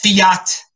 fiat